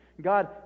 God